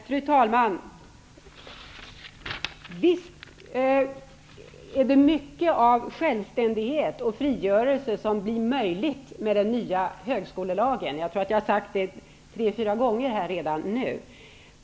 Fru talman! Visst blir en hög grad av självständighet och frigörelse möjlig i och med den nya högskolelagen. Jag tror att jag redan har sagt det tre fyra gånger i den här debatten.